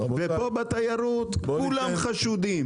ופה בתיירות כולם חשודים.